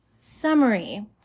Summary